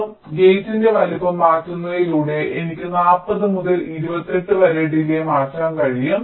അതിനാൽ ഗേറ്റിന്റെ വലുപ്പം മാറ്റുന്നതിലൂടെ എനിക്ക് 40 മുതൽ 28 വരെ ഡിലേയ് മാറ്റാൻ കഴിയും